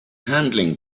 handling